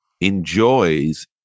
enjoys